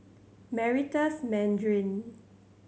Meritus Mandarin